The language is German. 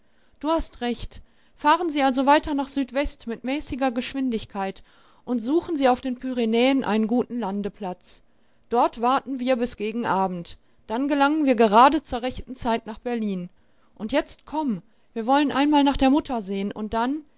du hast recht fahren sie also weiter nach südwest mit mäßiger geschwindigkeit und suchen sie auf den pyrenäen einen guten landeplatz dort warten wir bis gegen abend dann gelangen wir gerade zur rechten zeit nach berlin und jetzt komm wir wollen einmal nach der mutter sehen und dann